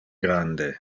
grande